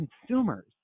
consumers